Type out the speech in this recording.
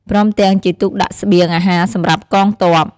ព្រមទាំង ជាទូកដាក់ស្បៀង អាហារសម្រាប់ កងទ័ព។